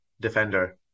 defender